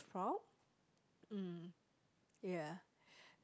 proud mm ya